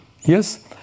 yes